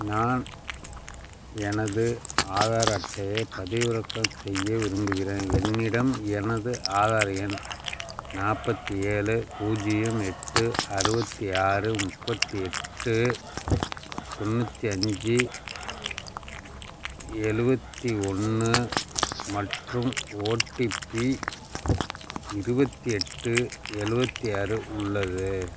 நான் எனது ஆதார் அட்டையைப் பதிவிறக்கம் செய்ய விரும்புகின்றேன் என்னிடம் எனது ஆதார் எண் நாற்பத்தி ஏழு பூஜ்ஜியம் எட்டு அறுபத்தி ஆறு முப்பத்தி எட்டு தொண்ணூற்றி அஞ்சு எழுவத்தி ஒன்று மற்றும் ஓடிபி இருபத்தி எட்டு எழுவத்தி ஆறு உள்ளது